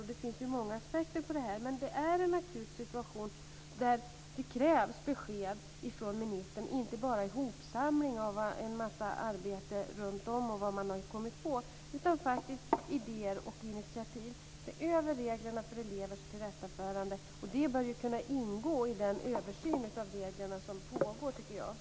Det finns många aspekter på detta. Men det är en akut situation där det krävs besked från ministern och inte bara ihopsamling av resultaten från en massa arbete runtom. Det krävs faktiskt idéer och initiativ. Se över reglerna för elevers tillrättaförande. Det bör kunna ingå i den översyn av reglerna som pågår, tycker jag.